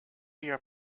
your